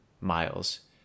miles